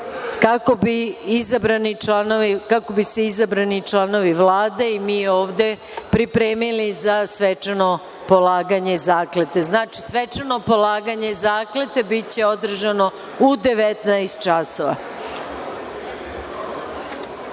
kako bi se izabrani članovi Vlade i mi ovde pripremili za svečano polaganje zakletve. Znači, svečano polaganje zakletve biće održano u 19.00